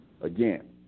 again